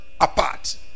apart